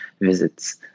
visits